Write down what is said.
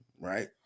right